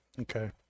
Okay